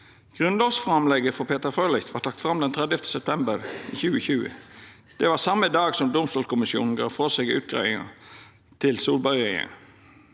Grunnlovsframlegget frå Peter Frølich vart lagt fram den 30. september 2020. Det var same dag som domstolkommisjonen gav frå seg utgreiinga til Solberg-regjeringa.